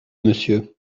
monsieur